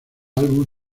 álbum